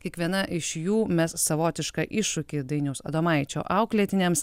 kiekviena iš jų mes savotišką iššūkį dainiaus adomaičio auklėtiniams